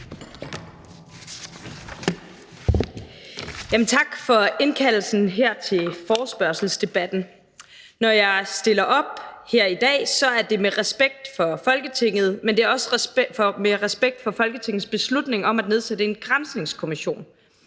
Tak for indkaldelsen til forespørgselsdebatten. Når jeg stiller op her i dag, er det med respekt for Folketinget, men det er også med respekt for Folketingets beslutning om at nedsætte en granskningskommission,